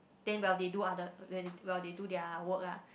then while they do other while they do their work ah